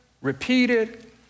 repeated